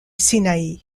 sinaï